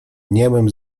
niemym